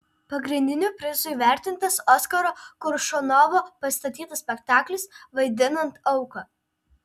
pagrindiniu prizu įvertintas oskaro koršunovo pastatytas spektaklis vaidinant auką